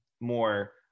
more